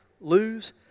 lose